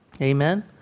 Amen